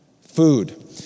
food